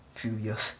few years